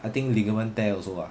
I think ligament tear also ah